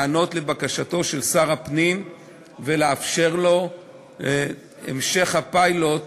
להיענות לבקשתו של שר הפנים ולאפשר לו את המשך הפיילוט